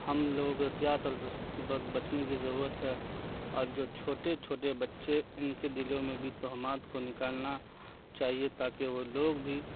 ہم لوگ کو احتیاط اور بچنے کی ضرورت ہے اور جو چھوٹے چھوٹے بچے ان کے دلوں میں بھی توہمات کو نکالنا چاہیے تاکہ وہ لوگ بھی